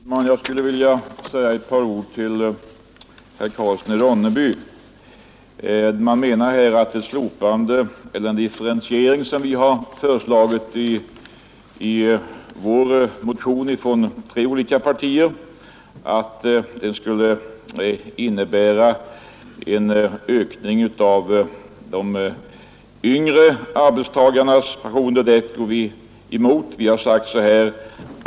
Herr talman! Jag skulle vilja säga ett par ord till herr Karlsson i Ronneby, som menar att det slopande eller den differentiering av avgiften som vi från tre olika partier har föreslagit i en motion skulle innebära en ökning av de yngre arbetstagarnas avgifter.